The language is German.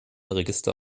register